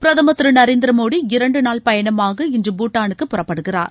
பிரதமர் திரு நரேந்திர மோடி இரண்டு நாள் பயணமாக இன்று பூட்டானுக்கு புறப்படுகிறார்